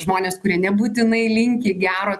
žmonės kurie nebūtinai linki gero